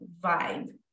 vibe